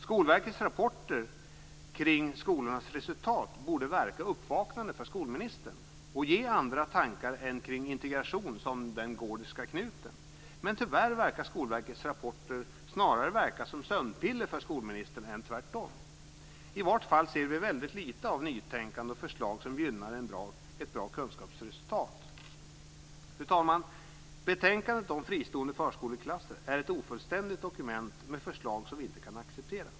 Skolverkets rapporter kring skolornas resultat borde verka uppvaknande på skolministern och ge andra tankar än integration som den gordiska knuten. Men tyvärr verkar Skolverkets rapporter snarare verka som sömnpiller för skolministern än tvärtom. I vart fall ser vi väldigt lite av nytänkande och förslag som gynnar ett bra kunskapsresultat. Fru talman! Betänkandet om fristående förskoleklasser är ett ofullständigt dokument med förslag som vi inte kan acceptera.